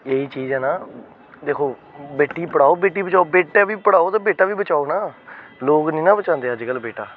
एह चीज है ना दिक्खो बेटी पढ़ाओ बेटी बचाओ बेटा बी पढ़ाओ ते बेटा बी बचाओ न लोक निं ना बचांदे अज्जकल बेटे गी